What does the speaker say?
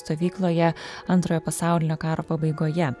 stovykloje antrojo pasaulinio karo pabaigoje